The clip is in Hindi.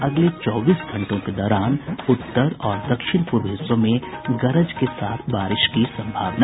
अगले चौबीस घंटों के दौरान उत्तर और दक्षिण पूर्व हिस्सों में गरज के साथ बारिश की संभावना